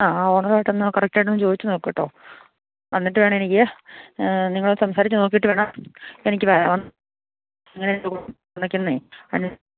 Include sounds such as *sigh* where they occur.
ആ അവരുടെ അടുത്ത് ഒന്ന് കറക്റ്റായിട്ട് ഒന്ന് ചോദിച്ച് നോക്കു കേട്ടോ എന്നിട്ട് വേണം എനിക്ക് നിങ്ങൾ സംസാരിച്ച് നോക്കിയിട്ട് വേണം എനിക്ക് വരാൻ *unintelligible* ഒന്ന് അന്വേഷിച്ച്